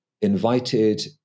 invited